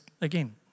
again